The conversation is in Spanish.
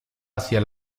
hacia